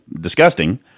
disgusting